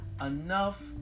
enough